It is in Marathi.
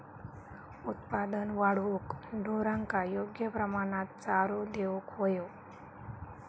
उत्पादन वाढवूक ढोरांका योग्य प्रमाणात चारो देऊक व्हयो